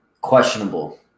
questionable